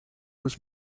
was